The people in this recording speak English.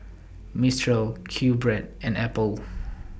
Mistral QBread and Apple